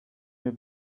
mir